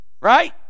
right